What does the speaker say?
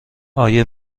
آیا